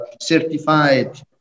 certified